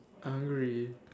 hungry